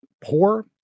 poor